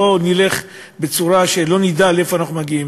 לא נלך בצורה שלא נדע לאן אנחנו מגיעים,